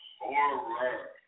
horror